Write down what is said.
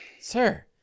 sir